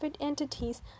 entities